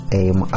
aim